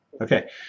Okay